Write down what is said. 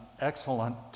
excellent